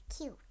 cute